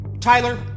Tyler